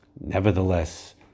Nevertheless